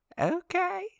Okay